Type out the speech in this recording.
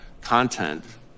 content